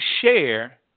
share